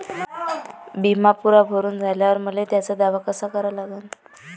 बिमा पुरा भरून झाल्यावर मले त्याचा दावा कसा करा लागन?